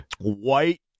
white